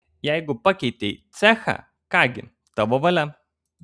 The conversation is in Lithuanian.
jeigu pakeitei cechą ką gi tavo valia